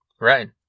Right